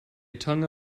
tongue